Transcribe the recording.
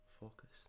focus